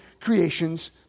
creation's